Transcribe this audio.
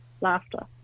laughter